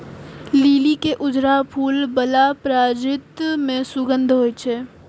लिली के उजरा फूल बला प्रजाति मे सुगंध होइ छै